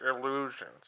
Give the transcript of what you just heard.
illusions